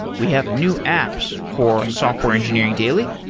we have new apps for software engineering daily.